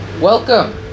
Welcome